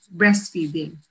breastfeeding